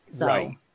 Right